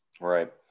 Right